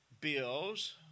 bills